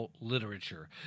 literature